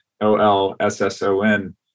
O-L-S-S-O-N